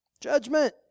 Judgment